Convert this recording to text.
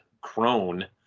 crone